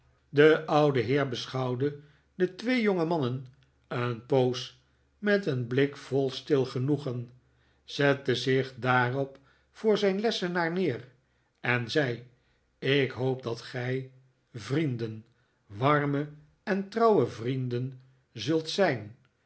de oude heer beschouwde de twee jongemannen een poos met een blik vol stil genoegen zette zich daarop voor zijn lessenaar neer en zei ik hoop dat gij vrienden warme en trouwe vrienden zult zijn